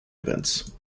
events